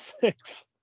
six